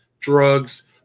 drugs